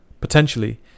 potentially